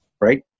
Right